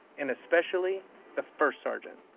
and especially the first sergeant.